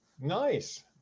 Nice